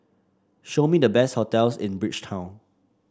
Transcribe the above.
show me the best hotels in Bridgetown